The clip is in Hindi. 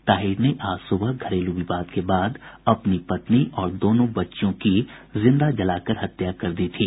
ताहिर ने आज सुबह घरेलू विवाद के बाद अपनी पत्नी और दोनों बच्चियों की जिंदा जलाकर हत्या कर दी थी